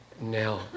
now